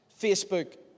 Facebook